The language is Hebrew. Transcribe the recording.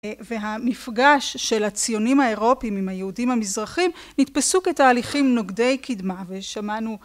והמפגש של הציונים האירופים עם היהודים המזרחים נתפסו כתהליכים נוגדי קדמה ושמענו